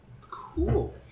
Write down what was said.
Cool